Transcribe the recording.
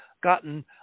gotten